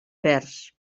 vers